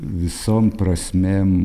visom prasmėm